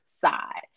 side